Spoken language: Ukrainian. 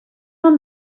вам